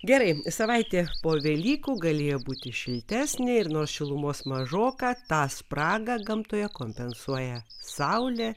gerai savaitė po velykų galėjo būti šiltesnė ir nors šilumos mažoka tą spragą gamtoje kompensuoja saulė